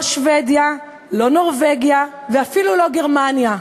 לא שבדיה, לא נורבגיה ואפילו לא גרמניה,